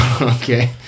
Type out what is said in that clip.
Okay